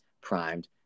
primed